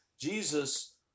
Jesus